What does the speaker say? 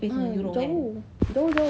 ah jauh jauh jauh